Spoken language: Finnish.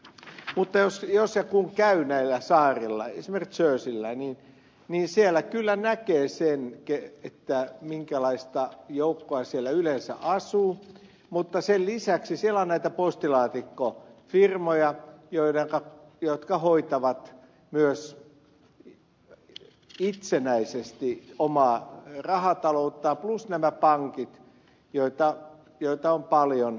mutta jos ja kun käy näillä saarilla esimerkiksi jerseyllä niin siellä kyllä näkee sen minkälaista joukkoa siellä yleensä asuu mutta sen lisäksi siellä on näitä postilaatikkofirmoja jotka hoitavat myös itsenäisesti omaa rahatalouttaan plus nämä pankit joita on paljon